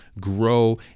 grow